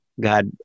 God